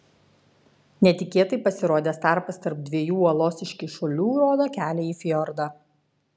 netikėtai pasirodęs tarpas tarp dviejų uolos iškyšulių rodo kelią į fjordą